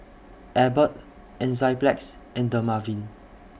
Abbott Enzyplex and Dermaveen